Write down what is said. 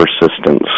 persistence